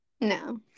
No